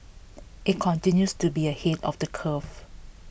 it continues to be ahead of the curve